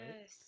Yes